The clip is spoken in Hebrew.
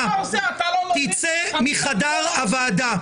תצא מחדר הוועדה,